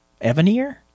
Evanier